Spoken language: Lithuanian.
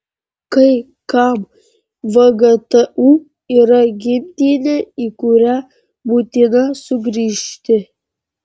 kai kam vgtu yra gimtinė į kurią būtina sugrįžti